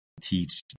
teach